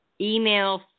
email